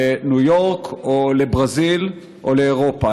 לניו יורק או לברזיל או לאירופה.